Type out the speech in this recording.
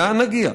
לאן נגיע?